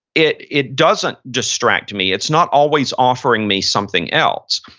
it it doesn't distract me. it's not always offering me something else.